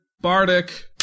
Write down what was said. Bardic